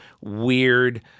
weird